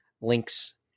links